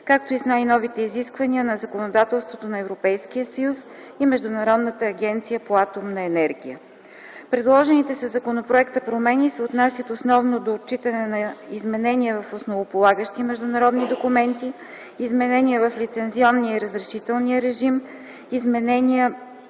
както и с най-новите изисквания на законодателството на Европейския съюз и Международната агенция по атомна енергия. Предложените със законопроекта промени се отнасят основно до отчитане на: изменения в основополагащи международни документи; изменения в лицензионния и разрешителния режим; изменения,